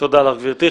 תודה לך, גברתי.